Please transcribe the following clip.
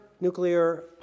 nuclear